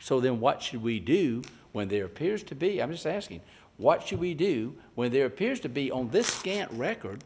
so then what should we do when there appears to be i was asking what should we do where there appears to be on this scant record